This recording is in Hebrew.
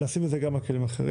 לשים את זה גם על כלים אחרים.